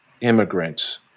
immigrants